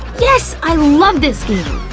yes! i love this game!